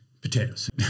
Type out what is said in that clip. potatoes